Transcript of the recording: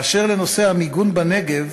לנושא המיגון בנגב,